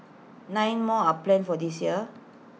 nine more are planned for this year